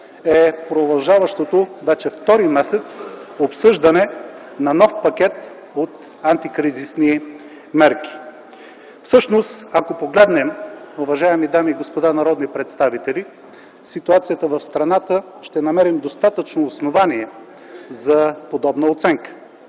е продължаващото вече втори месец обсъждане на нов пакет от антикризисни мерки. Ако погледнем, уважаеми дами и господа народни представители, ситуацията в страната, ще намерим достатъчно основания за подобна оценка.